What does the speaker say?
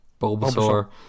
Bulbasaur